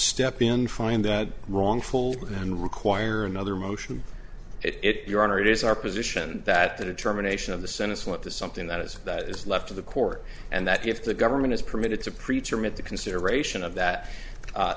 step in find that wrongful and require another motion it your honor it is our position that the determination of the senate's lead to something that is that is left of the court and that if the government is permitted to preach or meet the consideration of that